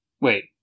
Wait